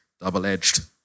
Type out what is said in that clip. double-edged